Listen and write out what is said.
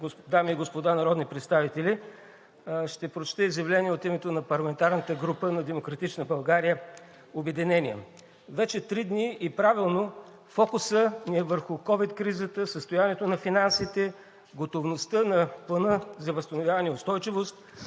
дами и господа народни представители! Ще прочета изявление от името на парламентарната група на „Демократична България – Обединение“. Вече три дни – и правилно, фокусът ни е върху ковид кризата, състоянието на финансите, готовността на Плана за възстановяване и устойчивост,